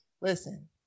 Listen